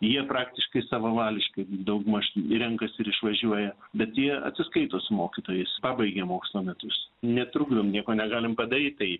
jie praktiškai savavališki daugmaž renkasi ir išvažiuoja bet jie atsiskaito su mokytojais pabaigė mokslo metus netrukdom nieko negalim padaryt tai